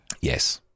Yes